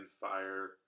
fire